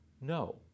no